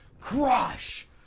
Crush